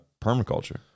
permaculture